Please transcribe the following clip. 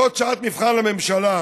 זו שעת מבחן לממשלה.